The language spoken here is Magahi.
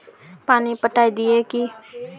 पानी पटाय दिये की?